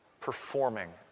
performing